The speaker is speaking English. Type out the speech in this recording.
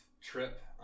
trip